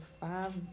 five